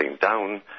down